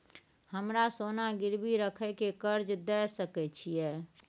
हमरा सोना गिरवी रखय के कर्ज दै सकै छिए?